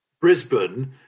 Brisbane